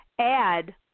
add